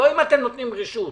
לא אם אתם נותנים רשות.